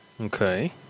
Okay